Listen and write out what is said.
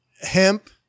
hemp